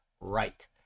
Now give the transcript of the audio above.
right